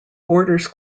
borders